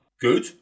Good